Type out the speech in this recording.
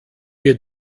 wir